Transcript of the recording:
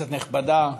כנסת נכבדה,